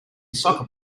soccer